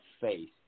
faith